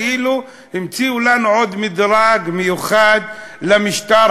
כאילו המציאו לנו עוד מדרג מיוחד למשטר